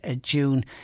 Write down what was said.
June